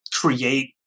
create